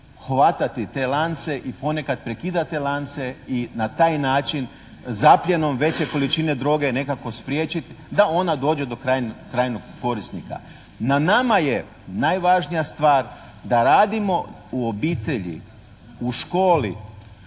hvatati te lance i ponekad prekidat te lance i na taj način zapljenom veće količine droge nekako spriječiti da ona dođe do krajnjeg korisnika. Na nama je najvažnija stvar, da radimo u obitelji, u školi,